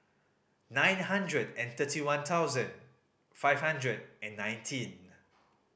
nine hundred and thirty one thousand five hundred and nineteen